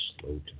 slow